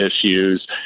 issues